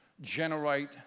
generate